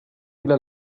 إلى